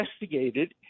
investigated